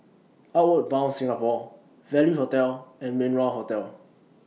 Outward Bound Singapore Value Hotel and Min Wah Hotel